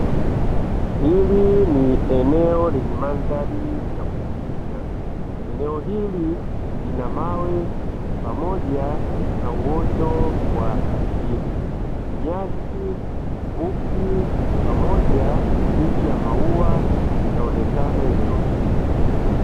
Hili ni eneo lenye mandhari ya kuvutia. Eneo hili lina mawe pamoja na uoto wa asili, nyasi fupi pamoja na miti ya maua inaonekana eneo hili.